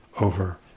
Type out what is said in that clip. over